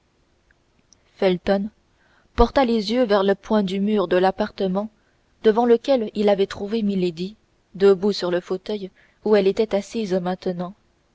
felton porta les yeux vers le point du mur de l'appartement devant lequel il avait trouvé milady debout sur le fauteuil où elle était assise maintenant